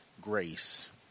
grace